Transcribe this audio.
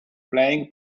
playing